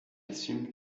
assume